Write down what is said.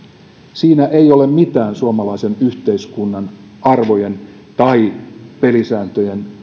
siinä ei ole mitään suomalaisen yhteiskunnan arvojen tai pelisääntöjen